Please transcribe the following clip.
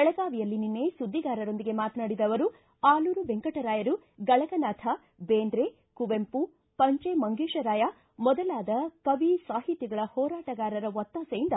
ಬೆಳಗಾವಿಯಲ್ಲಿ ನಿನ್ನೆ ಸುದ್ದಿಗಾರರೊಂದಿಗೆ ಮಾತನಾಡಿದ ಅವರು ಆಲೂರ ವೆಂಕಟರಾಯರು ಗಳಗನಾಥ ಬೇಂದ್ರೆ ಕುವೆಂಮ ಪಂಜೆ ಮಂಗೇಶರಾಯ ಮೊದಲಾದ ಕವಿ ಸಾಹಿತಿಗಳ ಹೋರಾಟಗಾರ ಒತ್ತಾಸೆಯಿಂದ